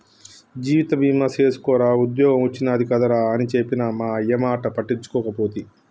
జీవిత బీమ సేసుకోరా ఉద్ద్యోగం ఒచ్చినాది కదరా అని చెప్పిన మా అయ్యమాట పట్టించుకోకపోతి